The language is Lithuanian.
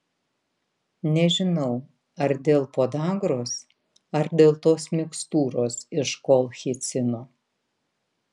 nežinau ar dėl podagros ar dėl tos mikstūros iš kolchicino